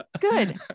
Good